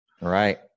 Right